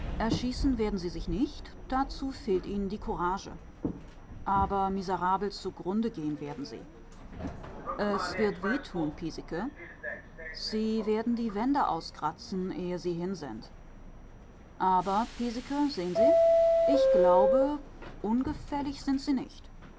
erschießen werden sie sich nicht dazu fehlt ihnen die courage aber miserabel zugrunde gehen werden sie es wird weh tun piesecke sie werden die wände auskratzen ehe sie hin sind aber piesecke sehen sie ich glaube ungefällig sind sie nicht